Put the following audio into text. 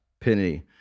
penny